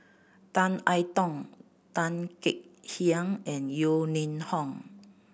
Tan I Tong Tan Kek Hiang and Yeo Ning Hong